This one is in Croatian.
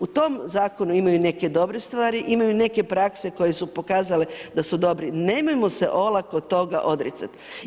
U tom zakonu imaju i neke dobre stvari, imaju i neke prakse koje su pokazale da su dobre, nemojmo se olako toga odricati.